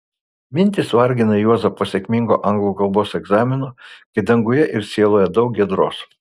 mintys vargina juozą po sėkmingo anglų kalbos egzamino kai danguje ir sieloje daug giedros